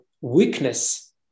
weakness